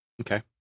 Okay